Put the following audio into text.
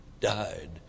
died